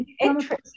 interesting